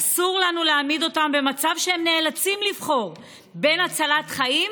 אסור לנו להעמיד אותם במצב שהם נאלצים לבחור בין הצלת חיים